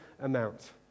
amount